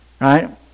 Right